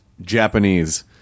Japanese